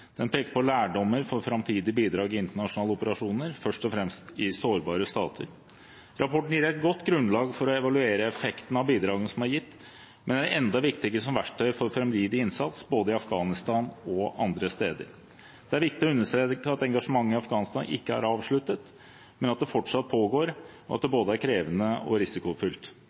Den peker på lærdommer for framtidige bidrag i internasjonale operasjoner, først og fremst i sårbare stater. Rapporten gir et godt grunnlag for å evaluere effekten av bidragene som er gitt, men er enda viktigere som verktøy for framtidig innsats, både i Afghanistan og andre steder. Det er viktig å understreke at engasjementet i Afghanistan ikke er avsluttet, men at det fortsatt pågår, og at det er både krevende og